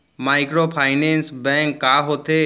Microfinance bank का होथे?